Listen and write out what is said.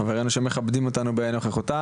בוקר טוב לחברינו שמכבדים אותנו בנוכחותם,